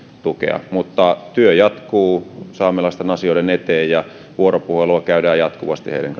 tukea mutta työ saamelaisten asioiden eteen jatkuu ja vuoropuhelua käydään jatkuvasti heidän